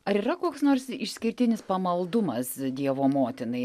ar yra koks nors išskirtinis pamaldumas dievo motinai